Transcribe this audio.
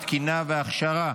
התקינה וההכשרה,